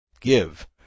give